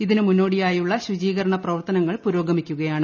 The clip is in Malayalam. ഇതിനു മുന്നോടിയായുളള ശൂചീകരണപ്രവർത്തനങ്ങൾ പുരോഗമിക്കുകയാണ്